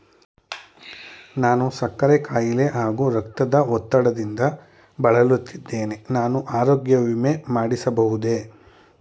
ನಾನು ಸಕ್ಕರೆ ಖಾಯಿಲೆ ಹಾಗೂ ರಕ್ತದ ಒತ್ತಡದಿಂದ ಬಳಲುತ್ತಿದ್ದೇನೆ ನಾನು ಆರೋಗ್ಯ ವಿಮೆ ಮಾಡಿಸಬಹುದೇ?